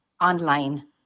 online